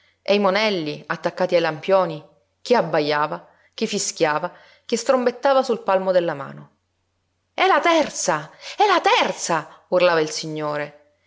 e i monelli attaccati ai lampioni chi abbajava chi fischiava chi strombettava sul palmo della mano è la terza è la terza urlava il signore